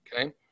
okay